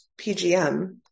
PGM